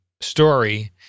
story